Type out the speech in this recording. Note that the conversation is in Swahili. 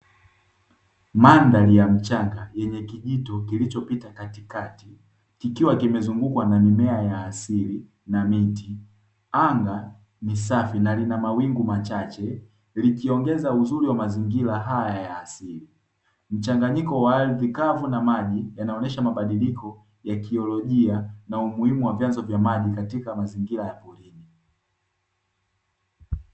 Mandhari ya mchanga yenye kijito kilichopita katikati kikiwa kimezungukwa na asili na miti. Anga ni safi na lina mawingu machache, likiongeza uzuri wa mazingira haya ya asili. Mchanganyiko wa ardhi kavu na maji yanaonyesha mabadiliko ya kiolojia na umuhimu wa vyanzo vya maji katika mazingira ya porini.